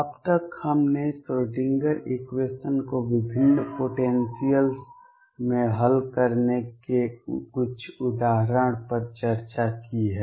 अब तक हमने श्रोडिंगर इक्वेशन Schrödinger equation को विभिन्न पोटेंसियल्स में हल करने के कुछ उदाहरणों पर चर्चा की है